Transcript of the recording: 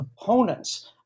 opponents